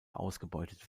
ausgebeutet